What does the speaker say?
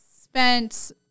spent